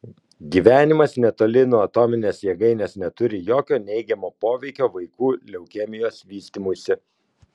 gyvenimas netoli nuo atominės jėgainės neturi jokio neigiamo poveikio vaikų leukemijos vystymuisi